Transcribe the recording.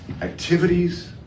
Activities